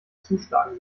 zuschlagen